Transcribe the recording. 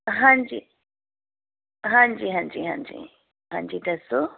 ਹਾਂਜੀ ਹਾਂਜੀ ਹਾਂਜੀ ਹਾਂਜੀ ਹਾਂਜੀ ਦੱਸੋ